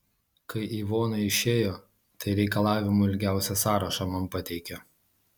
kai ivona išėjo tai reikalavimų ilgiausią sąrašą man pateikė